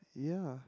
yeah